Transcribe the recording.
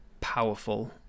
powerful